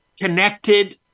connected